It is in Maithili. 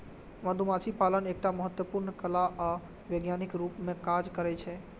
मधुमाछी पालन एकटा महत्वपूर्ण कला आ विज्ञानक रूप मे काज करै छै